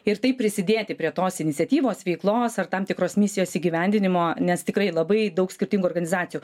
ir taip prisidėti prie tos iniciatyvos veiklos ar tam tikros misijos įgyvendinimo nes tikrai labai daug skirtingų organizacijų